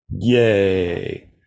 Yay